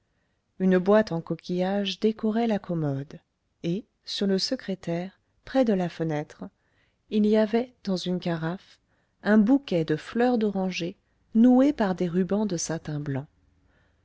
une boîte en coquillages décorait la commode et sur le secrétaire près de la fenêtre il y avait dans une carafe un bouquet de fleurs d'oranger noué par des rubans de satin blanc